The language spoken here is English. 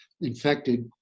infected